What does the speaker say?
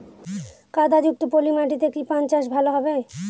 কাদা যুক্ত পলি মাটিতে কি পান চাষ ভালো হবে?